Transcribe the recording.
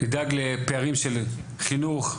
נדאג לפערים של חינוך,